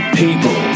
people